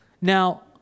Now